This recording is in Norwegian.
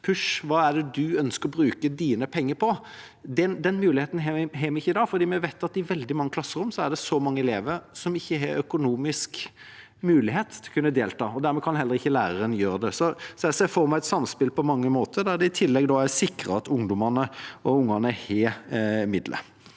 Hva er det du ønsker å bruke dine penger på? Den muligheten har vi ikke i dag, for vi vet at det i veldig mange klasserom er mange elever som ikke har økonomisk mulighet til å kunne delta. Dermed kan heller ikke læreren gjøre det. Jeg ser for meg et samspill på mange måter, der det i tillegg er sikret at ungdommene og ungene har midler.